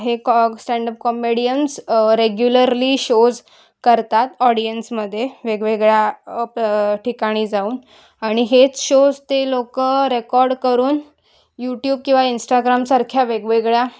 हे कॉ standup comedians regularly shows करतात ऑडियन्समध्ये वेगवेगळ्या प ठिकाणी जाऊन आणि हेच शोज ते लोक रेकॉर्ड करून यूट्यूब किंवा इंस्टाग्रामसारख्या वेगवेगळ्या